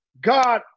God